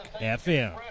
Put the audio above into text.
FM